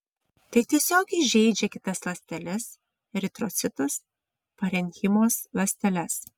tai tiesiogiai žeidžia kitas ląsteles eritrocitus parenchimos ląsteles